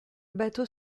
bateau